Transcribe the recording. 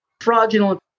fraudulent